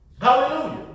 Hallelujah